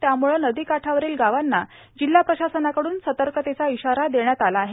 त्यामुळे नदी काठावरील गावांना जिल्हा प्रशासनाकडून सतर्कतेचा इशारा देण्यात आला आहे